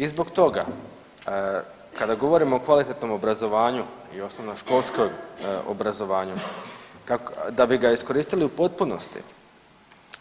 I zbog toga kada govorimo o kvalitetnom obrazovanju i osnovnoškolskom obrazovanju da bi ga iskoristili u potpunosti